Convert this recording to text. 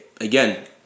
Again